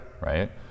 right